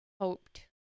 hoped